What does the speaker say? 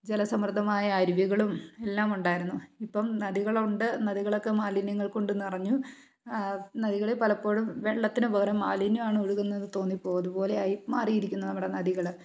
ജലസമൃദ്ദമായ അരുവികളും എല്ലാമുണ്ടായിരുന്നു ഇപ്പം നദികളുണ്ട് നദികളൊക്കെ മാലിന്യങ്ങൾ കൊണ്ടുനിറഞ്ഞു നദികളിൽ പലപ്പോഴും വെള്ളത്തിന് പകരം മാലിന്യമാണ് ഒഴുകുന്നത് തോന്നിപ്പോകും അതുപോലെയായി മാറിയിരിക്കുന്നു നമ്മുടെ നദികൾ